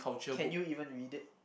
can you even read it